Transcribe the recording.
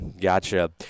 gotcha